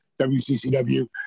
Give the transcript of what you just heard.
WCCW